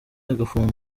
agafungwa